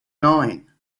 nine